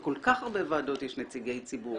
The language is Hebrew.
בכל כך הרבה ועדות יש נציגי ציבור.